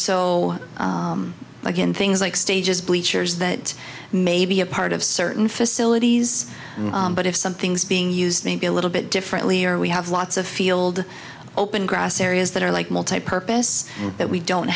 again things like stages bleachers that may be a part of certain facilities but if something's being used maybe a little bit differently or we have lots of field open grass areas that are like multi purpose that we don't